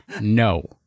No